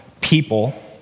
people